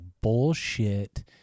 bullshit